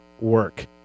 work